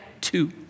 two